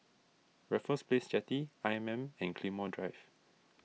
Raffles Place Jetty I M M and Claymore Drive